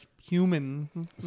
human